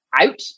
out